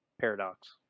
Paradox